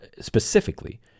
specifically